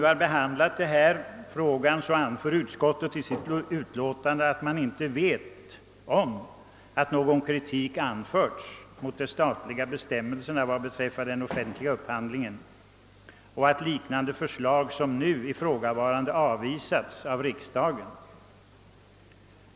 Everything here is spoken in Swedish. Vid behandlingen av motionen har utskottet skrivit att det inte känner till att någon kritik riktats mot de statliga bestämmelserna vad beträffar den offentliga upphandlingen. Utskottet skriver också att förslag med liknande syfte som det nu aktuella har avvisats av riksdagen.